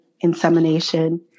insemination